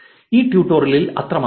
ഈ ട്യൂട്ടോറിയലിൽ അത്രമാത്രം